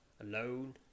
alone